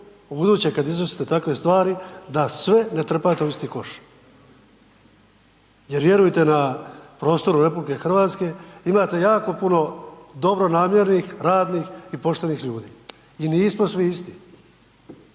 ubuduće kada iznosite takve stvari da sve ne trpate u isti koš jer vjerujte na prostoru Republike Hrvatske imate jako puno dobronamjernih, radnih i poštenih ljudi i nismo svi isti.